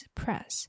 press